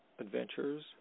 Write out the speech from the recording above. Adventures